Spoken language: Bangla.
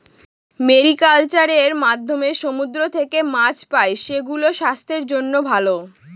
মেরিকালচার এর মাধ্যমে সমুদ্র থেকে মাছ পাই, সেগুলো স্বাস্থ্যের জন্য ভালো